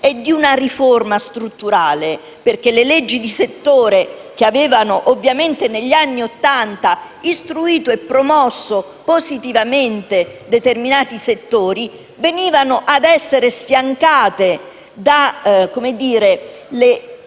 di una riforma strutturale. Le leggi di settore, che avevano ovviamente negli anni Ottanta istruito e promosso positivamente determinati settori, venivano sfiancate dalle